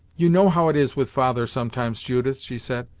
you know how it is with father sometimes, judith, she said,